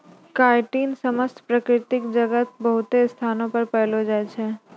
chitin समस्त प्रकृति जगत मे बहुते स्थानो पर पैलो जाय छै